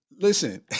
Listen